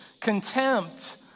contempt